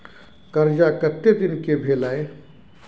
कर्जा कत्ते दिन के भेलै?